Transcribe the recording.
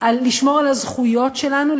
לשמור על הזכויות שלנו,